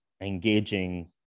engaging